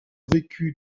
vécu